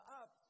up